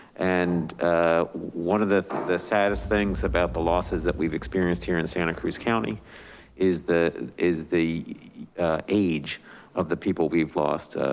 and one of the the saddest things about the losses that we've experienced here in santa cruz county is the is the age of the people we've lost.